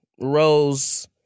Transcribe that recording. Rose